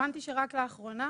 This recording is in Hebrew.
הבנתי שרק לאחרונה,